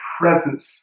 presence